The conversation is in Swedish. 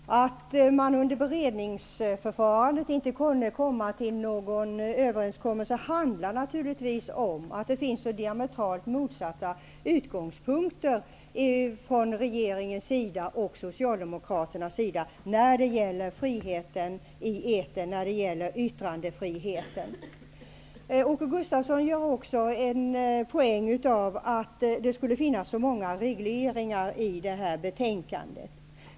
Att man vid beredningsförfarandet inte kunde nå en överenskommelse handlar naturligtvis om att det finns diametralt motsatta utgångspunkter från regeringens resp. från Socialdemokraternas sida när det gäller friheten i etern och när det gäller yttrandefriheten. Åke Gustavsson gör också en poäng av att det skulle finnas väldigt många regleringar i det här betänkandet.